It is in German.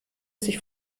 sich